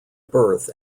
birth